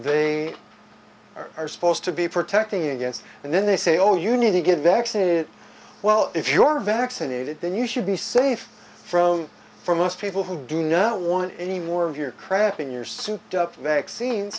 they are supposed to be protecting against and then they say oh you need to get vaccinated well if you're vaccinated then you should be safe from for most people who do not want any more of your crap in your souped up vaccine